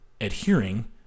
adhering